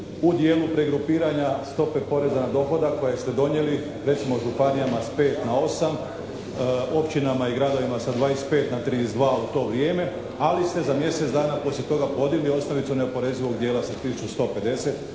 u dijelu pregrupiranja stope poreza na dohodak kojeg ste donijeli recimo županijama s 5 na 8, općinama i gradovima sa 25 na 32 u to vrijeme. Ali ste za mjesec dana poslije tog podigli osnovicu neoporezivog dijela sa